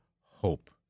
hope